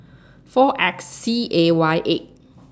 four X C A Y eight